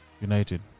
United